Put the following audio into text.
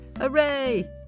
Hooray